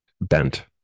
bent